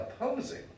opposing